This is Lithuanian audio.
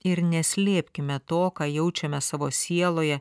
ir neslėpkime to ką jaučiame savo sieloje